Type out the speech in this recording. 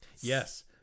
Yes